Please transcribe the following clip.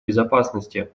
безопасности